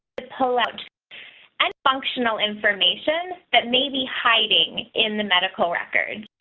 the whole out and functional information that may be hiding in the medical record